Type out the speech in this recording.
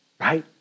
right